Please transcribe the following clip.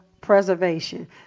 preservation